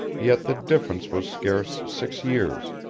yet the difference was scarce six years.